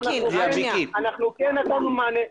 אנחנו כן נתנו מענה.